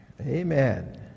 amen